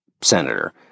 senator